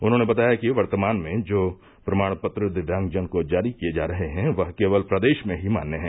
उन्होंने बताया कि वर्तमान में जो प्रमाण पत्र दिव्यांगजन को जारी किये जा रहे हैं वह केवल प्रदेश में ही मान्य है